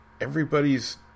everybody's